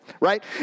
right